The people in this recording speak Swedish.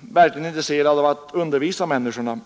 verkligen intresserad av att undervisa människorna.